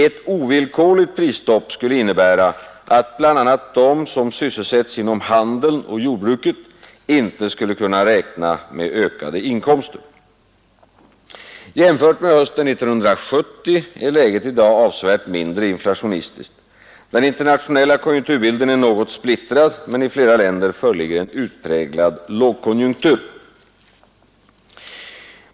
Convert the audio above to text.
Ett ovillkorligt prisstopp skulle innebära att bl.a. de som sysselsätts inom handeln och jordbruket inte skulle kunna räkna med ökade inkomster. Jämfört med hösten 1970 är läget i dag avsevärt mindre inflationistiskt. Den internationella konjunkturbilden är något splittrad, men i flera länder föreligger en utpräglad lågkonjunktur.